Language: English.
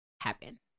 happen